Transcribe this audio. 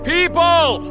People